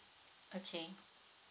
okay